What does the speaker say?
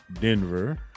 Denver